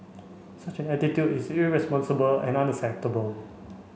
such an attitude is irresponsible and unacceptable